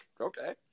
okay